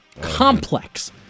Complex